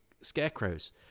scarecrows